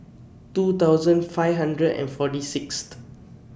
two thousand five hundred and forty Sixth